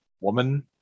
woman